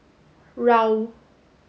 Raoul